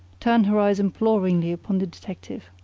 turned her eyes imploringly upon the detective.